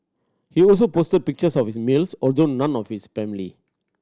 he also posted pictures of his meals although none with his family